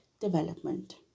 development